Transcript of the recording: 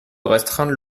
restreindre